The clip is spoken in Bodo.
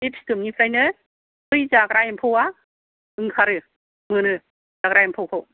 बे फिथोबनिफ्रायनो बै जाग्रा एम्फौवा ओंखारो मोनो जाग्रा एम्फौखौ